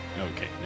Okay